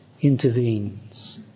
intervenes